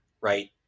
right